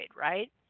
right